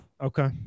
Okay